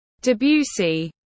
Debussy